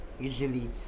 easily